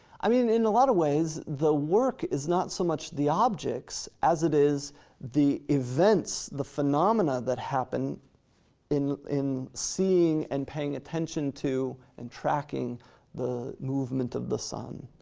i mean, in a lot of ways, the work is not so much the objects as it is the events, the phenomena that happen in in seeing and paying attention to and tracking the movement of the sun,